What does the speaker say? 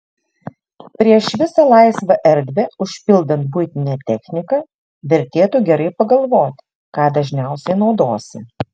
prieš visą laisvą erdvę užpildant buitine technika vertėtų gerai pagalvoti ką dažniausiai naudosi